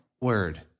word